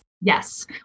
Yes